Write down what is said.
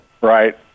Right